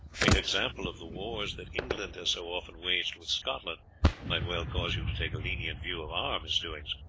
the example of the wars that england has so often waged with scotland might well cause you to take a lenient view of our misdoings.